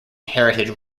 heritage